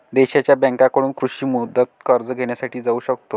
देशांच्या बँकांकडून कृषी मुदत कर्ज घेण्यासाठी जाऊ शकतो